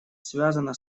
связано